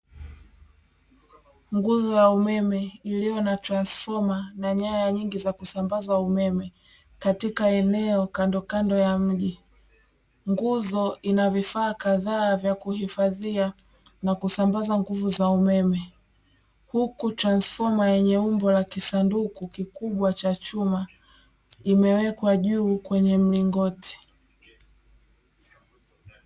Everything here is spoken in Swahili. Nguzo ya umeme ikiwa na transfoma na nyaya nyingi za kusambaza umeme katika eneo kandokamdo ya mji, nguzo inavifaa kadhaa vya kuifadhia na kusambazia nguvu umeme huku transfoma yenye umbo la kisanduku limewekwa juu kwenye mlingoti.